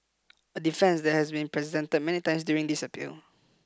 a defence that has been presented many times during this appeal